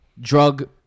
drug